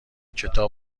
کتاب